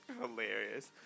Hilarious